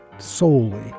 Solely